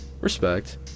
Respect